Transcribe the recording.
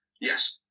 yes